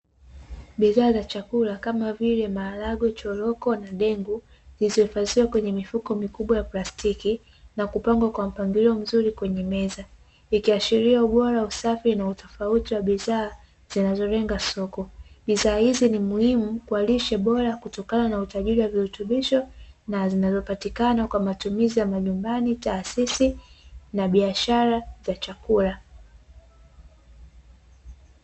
Bidhaa za chakula kama vile; maharagwe, choroko na dengu, zilizohifadhiwa kwenye mifuko mikubwa ya plastiki na kupangwa kwa mpangilio mzuri kwenye meza, ikiashiria ubora, usafi na utofauti wa bidhaa zinazolenga soko, bidhaa hizi ni muhimu kwa lishe bora kutokana na utajiri wa virutubisho na zinazopatikana kwa matumizi ya majumbani, taasisi na biashara za chakula.